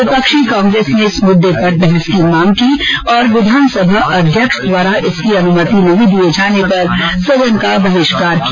विपक्षी कांग्रेस ने इस मुददे पर बहस की मांग की और विधानसभा अध्यक्ष द्वारा इसकी अनुमति नहीं दिये जाने पर सदन का बहिष्कार किया